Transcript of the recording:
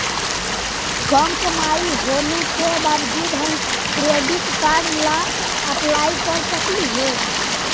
कम कमाई होने के बाबजूद हम क्रेडिट कार्ड ला अप्लाई कर सकली हे?